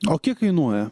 o kiek kainuoja